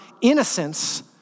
innocence